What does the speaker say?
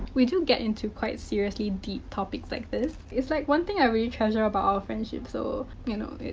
we do get into quite seriously deep topics like this. it's like one thing i really treasure about our friendship so, you know,